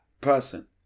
person